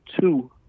two